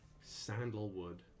sandalwood